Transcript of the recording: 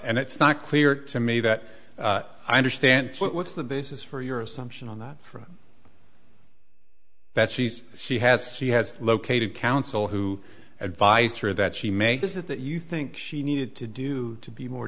and it's not clear to me that i understand what's the basis for your assumption on that from that she's she has she has located counsel who advised her that she made this is that you think she needed to do to be more